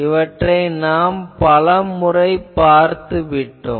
இவற்றை பலமுறை நாம் பார்த்துவிட்டோம்